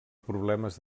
problemes